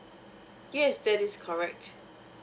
yes that is correct